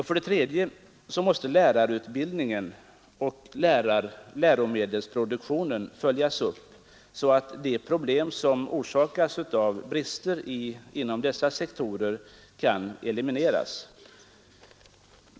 För det tredje måste lärarutbildningen och läromedelsproduktionen följas upp så att de problem som orsakas av brister inom dessa sektorer kan elimineras.